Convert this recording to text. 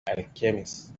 alchemist